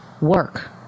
work